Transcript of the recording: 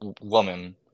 woman